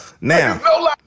Now